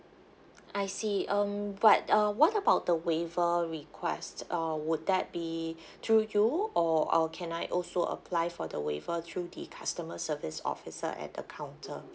I see um but uh what about the waiver request uh would that be through you or or can I also apply for the waiver through the customer service officer at the counter